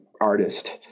artist